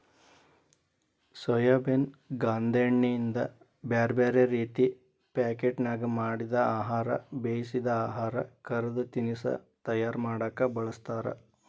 soybean ಗಾಂದೇಣ್ಣಿಯಿಂದ ಬ್ಯಾರ್ಬ್ಯಾರೇ ರೇತಿ ಪಾಕೇಟ್ನ್ಯಾಗ ಮಾಡಿದ ಆಹಾರ, ಬೇಯಿಸಿದ ಆಹಾರ, ಕರದ ತಿನಸಾ ತಯಾರ ಮಾಡಕ್ ಬಳಸ್ತಾರ